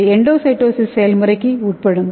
இது எண்டோசைட்டோசிஸ் செயல்முறைக்கு உட்படும்